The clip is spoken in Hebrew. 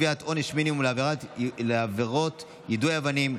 קביעת עונש מינימום לעבירות יידוי אבנים),